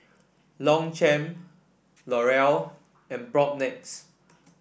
Longchamp L'Oreal and Propnex